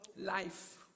life